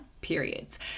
Periods